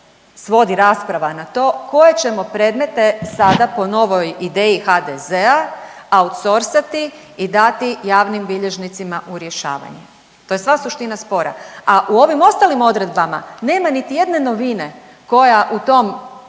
svodi rasprava na to koje ćemo predmete sada po novoj ideji HDZ-a outsourcati i dati javnim bilježnicima u rješavanje. To je sva suština spora. A u ovim ostalim odredbama nema niti jedne novine koja u tom